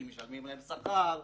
כי משלמים להם שכר,